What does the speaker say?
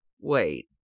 wait